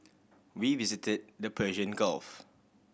we visited the Persian Gulf